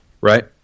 right